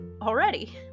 already